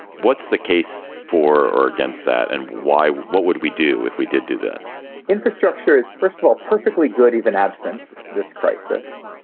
what's the case for or against that and why? what would we do if we did do? the infrastructure is, first of all, perfectly good, even absent this crisis.